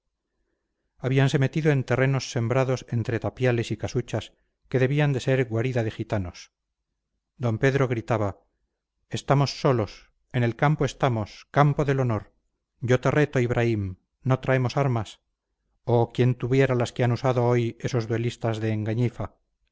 paso habíanse metido en terrenos sembrados entre tapiales y casuchas que debían de ser guarida de gitanos don pedro gritaba estamos solos en el campo estamos campo del honor yo te reto ibraim no traemos armas oh quién tuviera las que han usado hoy esos duelistas de engañifa